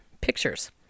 pictures